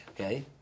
Okay